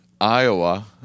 Iowa